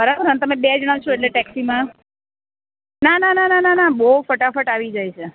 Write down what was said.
બરાબર ને અને તમે બે જણા છો એટલે ટેક્સીમાં ના ના ના ના ના બહુ ફટાફટ આવી જાય છે